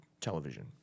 television